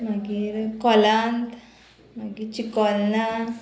मागीर कोलांत मागीर चिकोलना